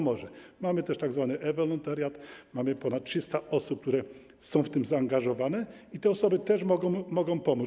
Mamy też tzw. e-wolontariat, mamy ponad 300 osób, które są w to zaangażowane, i te osoby też mogą pomóc.